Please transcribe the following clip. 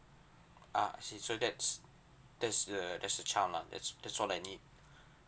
ah see so that's that's the that's the child lah that's that's all I need